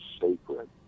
sacred